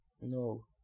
No